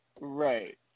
Right